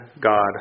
God